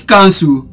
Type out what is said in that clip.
Council